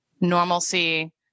normalcy